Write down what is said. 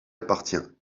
appartient